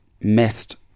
messed